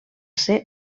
ser